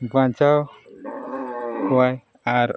ᱵᱟᱧᱪᱟᱣ ᱠᱚᱣᱟᱭ ᱟᱨ